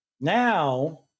Now